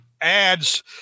Ads